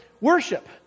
worship